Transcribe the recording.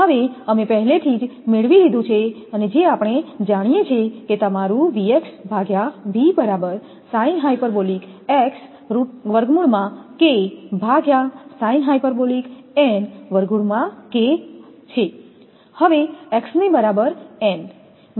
હવે અમે પહેલેથી જ મેળવી લીધું છે જે આપણે જાણીએ છીએ કે તમારું હવે x ની બરાબર n બરાબર V